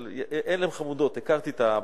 עלם חמודות, הכרתי את הבחור.